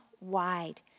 wide